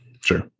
sure